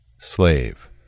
Slave